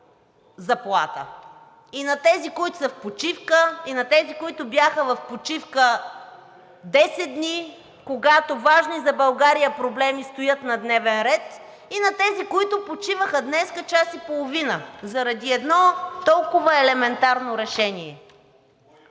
и на тези, които са в почивка, и на тези, които бяха в почивка 10 дни, когато важни за България проблеми стоят на дневен ред, и на тези, които почиваха днес час и половина заради едно толкова елементарно решение.